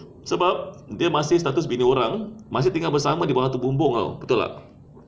sebab dia masih satu bini orang masih tinggal bersama lagi satu bumbung [tau] betul tak